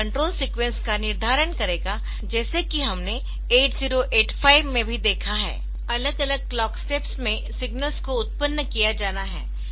यह control sequence का निर्धारण करेगा जैसा कि हमने 8085 में भी देखा है अलग अलग क्लॉक स्टेप्स में सिग्नल्स को उत्पन्न किया जाना है